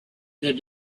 that